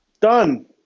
Done